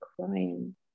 crying